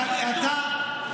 אבל לזה התנגדו.